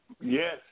Yes